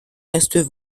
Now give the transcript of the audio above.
restent